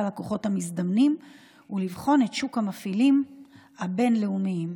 ללקוחות המזדמנים ולבחון את שוק המפעילים הבין-לאומיים.